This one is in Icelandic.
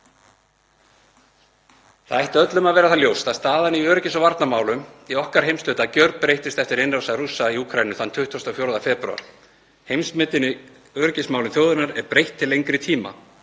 Það ætti öllum að vera ljóst að staðan í öryggis- og varnarmálum í okkar heimshluta gjörbreyttist eftir innrás Rússa í Úkraínu þann 24. febrúar. Heimsmyndinni og öryggismálum þjóðarinnar er breytt til lengri tíma.